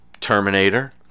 terminator